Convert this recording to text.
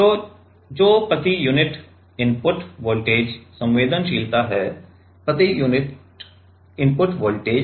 तो जो प्रति यूनिट इनपुट वोल्टेज संवेदनशीलता है प्रति यूनिट इनपुट वोल्टेज